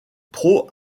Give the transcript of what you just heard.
pro